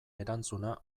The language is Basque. erantzuna